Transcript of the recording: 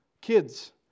kids